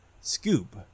Scoop